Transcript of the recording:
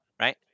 right